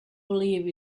believe